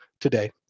today